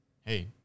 hey